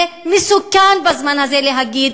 זה מסוכן בזמן הזה להגיד: